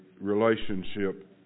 relationship